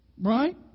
Right